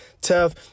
tough